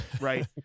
right